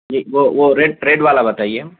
جی وہ وہ red red والا بتائیے